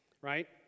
right